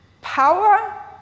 power